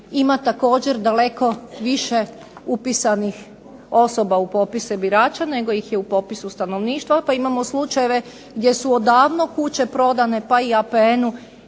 ima također daleko više upisanih osoba u popise birača nego ih je u popisu stanovništva. To imamo slučajeve gdje su odavno kuće prodane pa i APN-u